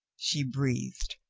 she breathed,